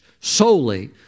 solely